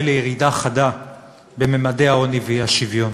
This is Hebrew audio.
לירידה חדה בממדי העוני והאי-שוויון,